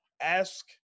ask